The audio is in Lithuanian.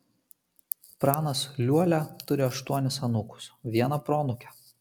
pranas liuolia turi aštuonis anūkus vieną proanūkę